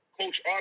Coach